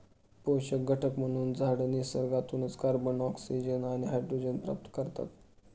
पोषक घटक म्हणून झाडं निसर्गातूनच कार्बन, ऑक्सिजन आणि हायड्रोजन प्राप्त करतात